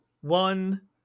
one